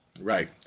Right